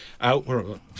out